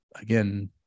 again